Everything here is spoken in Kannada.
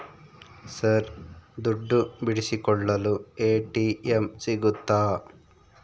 ಸರ್ ದುಡ್ಡು ಬಿಡಿಸಿಕೊಳ್ಳಲು ಎ.ಟಿ.ಎಂ ಸಿಗುತ್ತಾ?